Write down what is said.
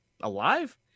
alive